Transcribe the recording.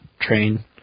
train